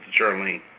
Charlene